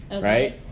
Right